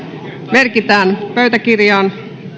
merkitään pöytäkirjaan